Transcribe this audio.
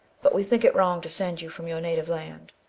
but we think it wrong to send you from your native land.